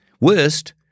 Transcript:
worst